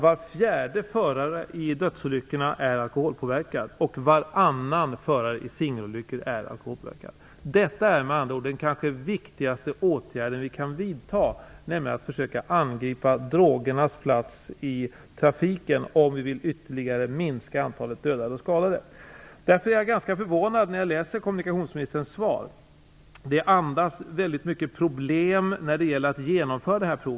Var fjärde förare i dödsolyckorna och varannan förare i singelolyckorna är nämligen alkoholpåverkad. Att försöka angripa drogernas plats i trafiken är med andra ord den kanske viktigaste åtgärden vi kan vidta om vi ytterligare vill minska antalet dödade och skadade. Därför blir jag ganska förvånad när jag läser kommunikationsministerns svar. Det andas väldigt mycket problem när det gäller att genomföra proven med alkolås.